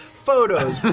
photos,